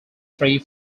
free